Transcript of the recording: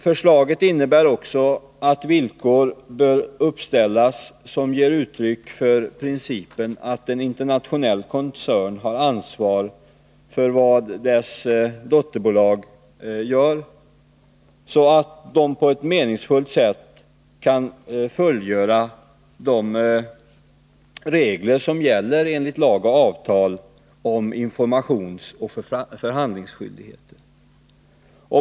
Förslaget innebär också att villkor bör uppställas som ger uttryck för principen att en internationell koncern har ansvar för vad dess dotterbolag gör, så att de på ett meningsfullt sätt fullgör vad som gäller enligt lag och avtal om informationsoch förhandlingsskyldighet.